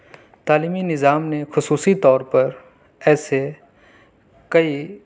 تعلیمی نظام نے خصوصی طور پر ایسے کئی